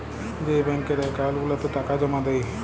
যেই ব্যাংকের একাউল্ট গুলাতে টাকা জমা দেই